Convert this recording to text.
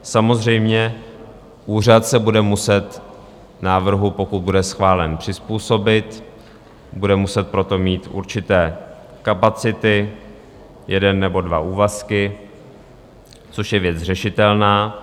Samozřejmě, úřad se bude muset návrhu, pokud bude schválen, přizpůsobit, bude pro to mít určité kapacity, jeden nebo dva úvazky, což je věc řešitelná.